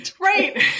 Right